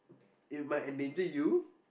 it might endanger you